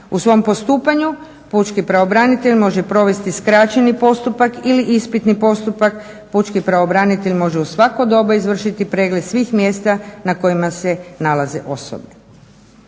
U svom postupanju pučki pravobranitelj može provesti skraćeni postupak ili ispitni postupak. Pučki pravobranitelj može u svako doba izvršiti pregled svih mjesta na kojima se nalaze osobe.